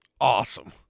Awesome